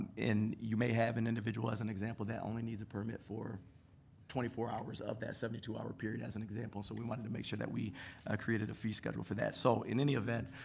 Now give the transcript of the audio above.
you may have an individual as an example, that only needs a permit for twenty four hours of that seventy two hour period as an example. so we wanted to make sure that we created a fee schedule for that. so, in any event,